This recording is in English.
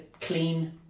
clean